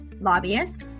lobbyist